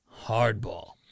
hardball